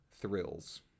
Thrills